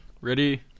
Ready